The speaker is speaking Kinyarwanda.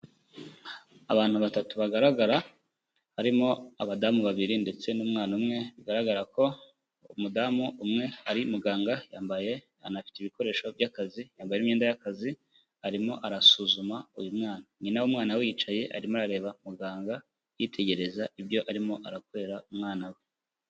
Abantu batatu bagaragara harimo abadamu babiri ndetse n'umwana umwe, bigaragara ko umudamu umwe ari muganga yambaye anafite ibikoresho by'akazi yambaye n'imyenda y'akazi arimo arasuzuma uyu mwana, nyina w'umwana we yicaye arimo arareba muganga yitegereza ibyo arimo arakorera umwana we.